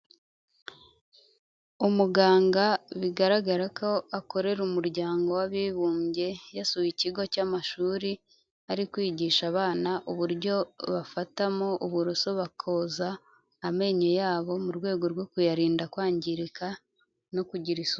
Umuganga bigaragara ko akorera Umuryango w'Abibumbye, yasuye ikigo cy'amashuri, ari kwigisha abana uburyo bafatamo uburoso bakoza amenyo yabo mu rwego rwo kuyarinda kwangirika no kugira isuku.